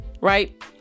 right